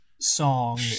song